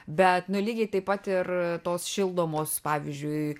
bet nu lygiai taip pat ir tos šildomos pavyzdžiui